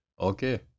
Okay